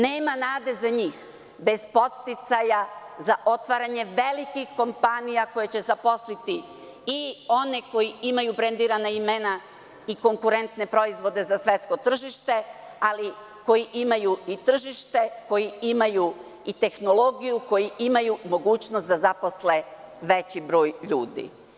Nema nade za njih, bez podsticaja za otvaranje velikim kompanija koje će zaposliti i one koji imaju brendirana imena i konkurentne proizvode za svetsko tržište, ali koji imaju i tržište, koji imaju i tehnologiju, koji imaju mogućnost da zaposle veći broj ljudi.